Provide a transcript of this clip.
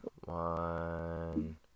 one